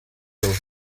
people